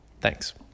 Thanks